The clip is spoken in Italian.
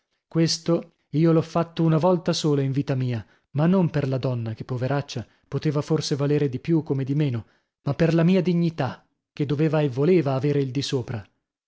questo io l'ho fatto una volta sola in vita mia ma non per la donna che poveraccia poteva forse valere di più come di meno ma per la mia dignità che doveva e voleva avere il di sopra